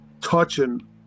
touching